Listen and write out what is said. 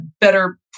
better